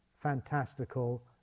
fantastical